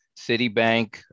Citibank